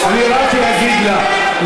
אני רק אגיד לך,